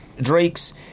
Drakes